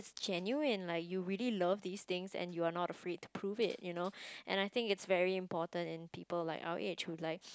genuine like you really love these things and you are not afraid to prove it you know and I think it's very important in people like our age who like